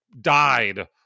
died